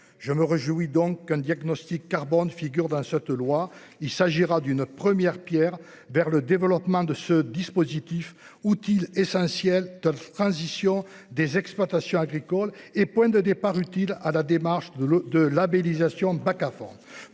Je me réjouis donc qu'un diagnostic carbone figure dans cette loi, il s'agira d'une première Pierre vers le développement de ce dispositif outils. Essentiels tels transition des exploitations agricoles et point de départ, utile à la démarche de l'eau de labellisation de